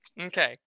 Okay